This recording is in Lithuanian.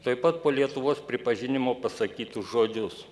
tuoj pat po lietuvos pripažinimo pasakytus žodžius